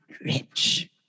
rich